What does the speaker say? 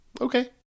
Okay